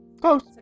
close